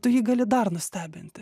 tu jį gali dar nustebinti